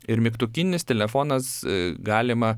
ir mygtukinis telefonas galima